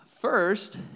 first